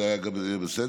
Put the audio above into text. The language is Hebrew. זה היה גם בסדר,